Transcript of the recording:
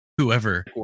whoever